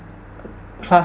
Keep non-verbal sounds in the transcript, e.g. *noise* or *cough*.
*noise* class